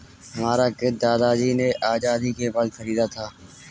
हमारा खेत दादाजी ने आजादी के बाद खरीदा था